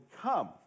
come